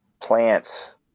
plants